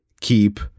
keep